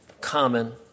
common